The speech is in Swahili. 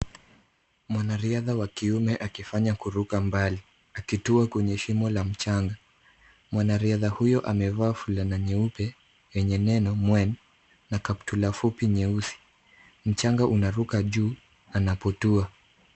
Mwanariadha wa kiume akifanya kuruka mbali, akitua kwenye shimo la mchanga .Mwanariadha huyu amevaa fulana nyeupe yenye neno mwen na kaptula fupi nyeusi, mchanga unaruka juu anapotua.